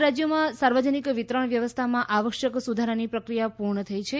આ રાજ્યોમાં સાર્વજનિક વિતરણ વ્યવસ્થામાં આવશ્યક સુધારાની પ્રક્રિયા પૂર્ણ થઈ છે